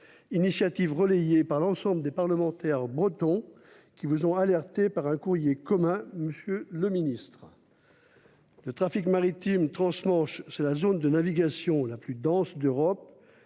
initiative a été relayée par l'ensemble des parlementaires bretons, qui vous ont alerté dans un courrier commun, monsieur le secrétaire d'État. Le trafic maritime transmanche représente la zone de navigation la plus dense d'Europe